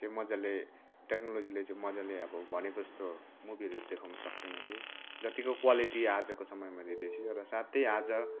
मजाले टेक्नोलोजीले चाहिँ मजाले अब भनेको जस्तो मुभीहरू देखाउन सक्दैन थियो जतिको क्वालिटी आजको समयमा देख्दैछ र साथै आज